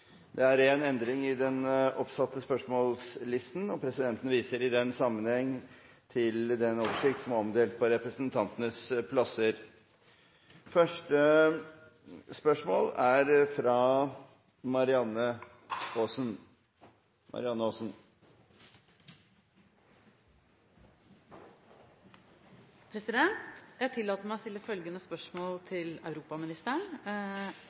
Det er noen endringer i den oppsatte spørsmålslisten. Presidenten viser i den sammenheng til den oversikt som er omdelt på representantenes plasser i salen. De foreslåtte endringene i dagens spørretime foreslås godkjent. – Det anses vedtatt. Endringene var som følger: Spørsmål 1, fra